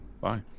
bye